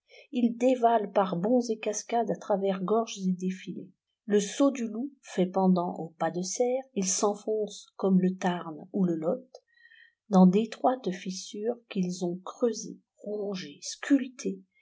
ils dévalent par bonds et cascades à travers gorges et défilés le saut du loup fait pendant au pas de cère ils s'enfoncent comme le tarn ou le lot dans d'étroites fissures qu'ils ont creusées rongées sculptées